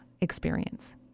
experience